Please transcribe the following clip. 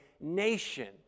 nation